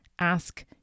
ask